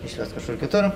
išvis kažkur kitur